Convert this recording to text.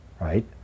right